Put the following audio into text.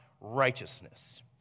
righteousness